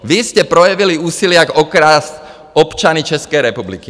Vy jste projevili úsilí, jak okrást občany České republiky.